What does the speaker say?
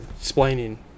explaining